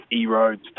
E-Roads